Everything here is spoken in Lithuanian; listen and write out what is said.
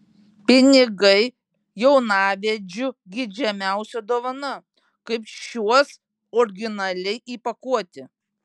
pinigai jaunavedžių geidžiamiausia dovana kaip šiuos originaliai įpakuoti